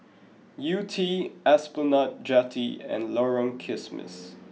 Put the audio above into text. Yew Tee Esplanade Jetty and Lorong Kismis